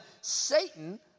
Satan